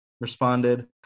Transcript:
responded